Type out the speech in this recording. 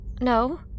No